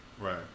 Right